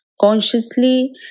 Consciously